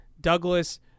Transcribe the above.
Douglas